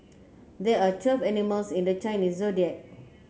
there are twelve animals in the Chinese Zodiac